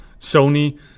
Sony